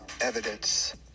evidence